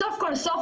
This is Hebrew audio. סוף כל סוף,